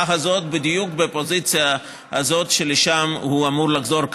הזאת בדיוק בפוזיציה הזאת שלשם הוא אמור לחזור כרגע,